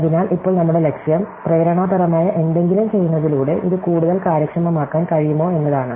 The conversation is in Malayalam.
അതിനാൽ ഇപ്പോൾ നമ്മുടെ ലക്ഷ്യം പ്രേരണാപരമായ എന്തെങ്കിലും ചെയ്യുന്നതിലൂടെ ഇത് കൂടുതൽ കാര്യക്ഷമമാക്കാൻ കഴിയുമോയെന്നതാണ്